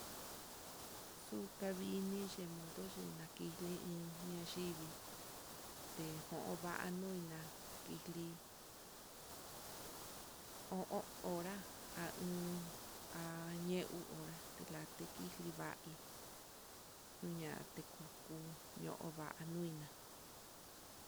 Xuka viixni x to c 'a, kixli ñayivii, tejon va'a noina kixli o o'on hora a iin a ñe uu hora telaxtekixni va'í uña tekuku nova'a anuixna.